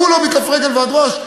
כולו מכף רגל ועד ראש,